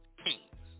kings